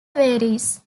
varies